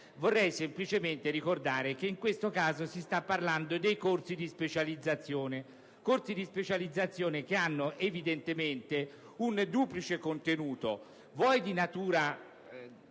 Vorrei semplicemente ricordare che in questo caso si sta parlando dei corsi di specializzazione, i quali hanno evidentemente un duplice contenuto, di natura